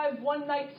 one-night